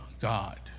God